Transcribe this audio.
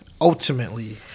Ultimately